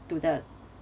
to the